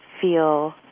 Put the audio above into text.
feel